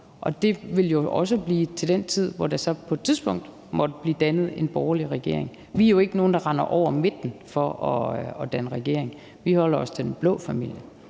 Og det vil også være sådan til den tid, hvor der så på et tidspunkt måtte blive dannet en borgerlig regering. Vi er jo ikke nogen, der render over midten for at danne regering. Vi holder os til den blå familie.